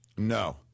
No